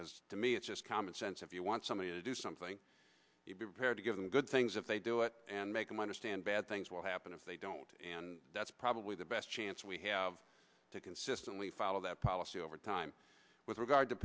because to me it's just common sense if you want somebody to do something you've had to give them good things if they do it and make them understand bad things will happen if they don't and that's probably the best chance we have to consistently follow that policy over time with regard to